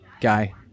guy